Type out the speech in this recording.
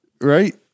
Right